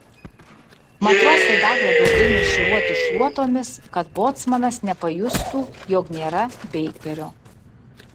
matrosai dar labiau ėmė šiūruoti šluotomis kad bocmanas nepajustų jog nėra beikerio